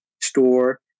store